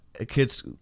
kids